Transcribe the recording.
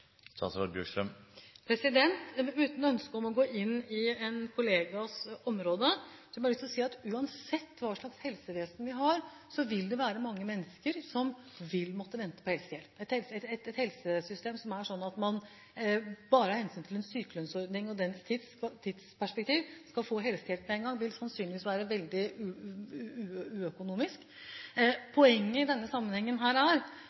Uten ønske om å gå inn på en kollegas område har jeg lyst til bare å si at uansett hva slags helsevesen vi har, vil det være mange mennesker som vil måtte vente på helsehjelp. Et helsesystem som er slik at man av hensyn til en sykelønnsordning og dens tidsperspektiv skal få helsehjelp med en gang, vil sannsynligvis være veldig uøkonomisk. Poenget i denne sammenheng er